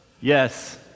Yes